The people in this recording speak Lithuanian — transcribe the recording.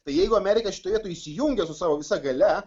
tai jeigu amerika šitoj vietoj įsijungia su savo visa galia